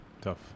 tough